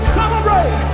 celebrate